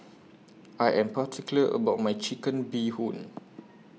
I Am particular about My Chicken Bee Hoon